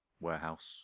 warehouse